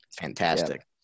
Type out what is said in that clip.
fantastic